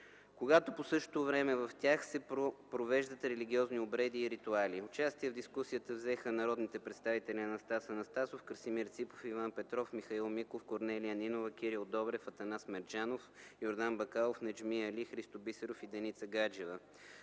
когато по същото време в тях се провеждат религиозни обреди и ритуали. Участие в дискусията взеха народните представители Анастас Анастасов, Красимир Ципов, Иван Петров, Михаил Миков, Корнелия Нинова, Кирил Добрев, Атанас Мерджанов, Йордан Бакалов, Неджми Али, Христо Бисеров и Деница Гаджева.